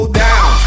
down